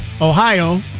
Ohio